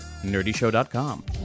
nerdyshow.com